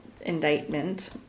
indictment